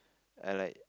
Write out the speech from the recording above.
I like